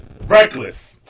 reckless